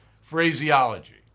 phraseology